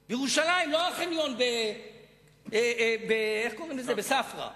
בירושלים, לא החניון בכיכר ספרא.